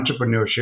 entrepreneurship